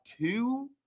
two